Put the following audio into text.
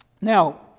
Now